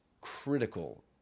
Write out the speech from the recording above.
critical